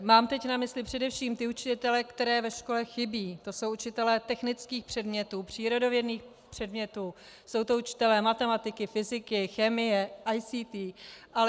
Mám teď na mysli především ty učitele, kteří ve škole chybí, to jsou učitelé technických předmětů, přírodovědných předmětů, jsou to učitelé matematiky, fyziky, chemie, ICT.